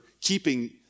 keeping